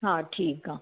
हा ठीक आहे